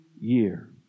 year